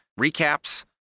recaps